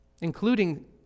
including